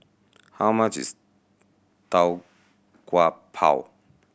how much is Tau Kwa Pau